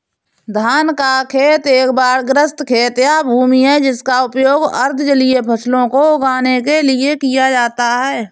धान का खेत एक बाढ़ग्रस्त खेत या भूमि है जिसका उपयोग अर्ध जलीय फसलों को उगाने के लिए किया जाता है